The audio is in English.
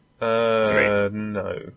no